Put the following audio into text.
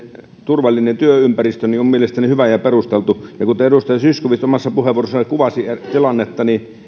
turvallinen työympäristö on mielestäni hyvä ja perusteltu kuten edustaja zyskowicz omassa puheenvuorossaan kuvasi tilannetta